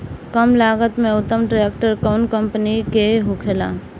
कम लागत में उत्तम ट्रैक्टर कउन कम्पनी के होखेला?